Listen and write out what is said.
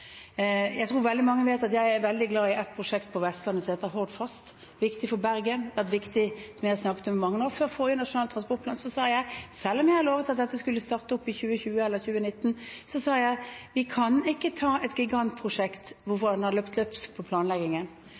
Jeg tror veldig mange vet at jeg er veldig glad i et prosjekt på Vestlandet som heter Hordfast. Det er viktig for Bergen. Det har vært viktig, som jeg har snakket om mange ganger, å få inn i Nasjonal transportplan. Selv om jeg har lovet at det skulle starte opp i 2019 eller 2020, sa jeg at vi kan ikke ta inn et gigantprosjekt hvor man har løpt løpsk på planleggingen.